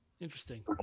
Interesting